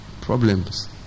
Problems